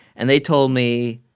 and they told me,